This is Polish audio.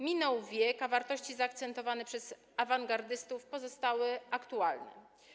Minął wiek, a wartości zaakcentowane przez awangardystów pozostały aktualne.